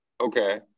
okay